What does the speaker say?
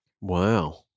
Wow